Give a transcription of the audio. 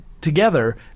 together